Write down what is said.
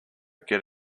get